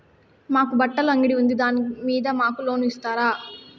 మాకు బట్టలు అంగడి ఉంది దాని మీద మాకు లోను ఇస్తారా